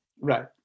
right